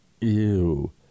Ew